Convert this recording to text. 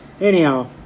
anyhow